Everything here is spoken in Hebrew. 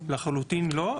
לחלוטין לא,